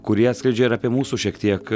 kurie atskleidžia ir apie mūsų šiek tiek